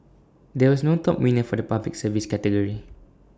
there was no top winner for the Public Service category